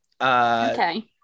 Okay